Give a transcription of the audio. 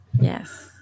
yes